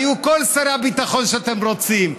היו כל שרי הביטחון שאתם רוצים.